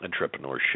entrepreneurship